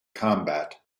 combat